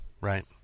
right